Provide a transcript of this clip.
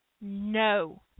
no